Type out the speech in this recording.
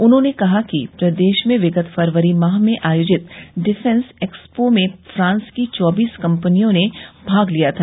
उन्होंने कहा कि प्रदेश में विगत फरवरी माह में आयोजित डिफेंस एक्सपो में फ्रांस की चौबीस कम्पनियों ने भाग लिया था